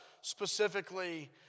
specifically